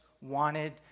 wanted